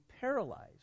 paralyzed